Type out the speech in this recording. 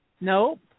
Nope